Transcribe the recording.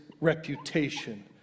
reputation